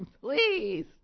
Please